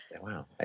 Wow